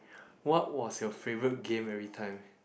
what was your favorite game every time